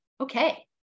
Okay